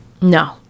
No